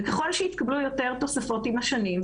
ככל שיתקבלו יותר תוספות עם השנים,